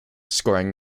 scoring